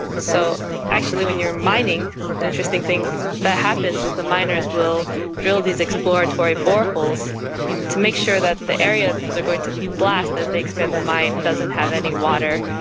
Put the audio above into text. so actually when you are mining, an interesting thing that happens is the miners will drill these exploratory boreholes to make sure that the area they are going to blast as they expand the mine doesn't have any water,